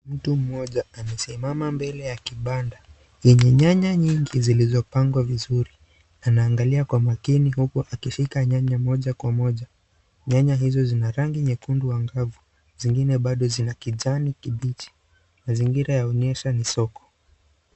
Mtu mmoja amesema mbele ya kibanda yenye nyanya nyingi zilizopangwa vizuri. Anaangalia kwa makini huku akifika nyanya moja kwa moja. Nyanya hizo zina rangi nyekundu angavu, zingine bado zina kijani kibichi. Mazingira yaonyesha ni soko.